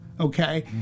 okay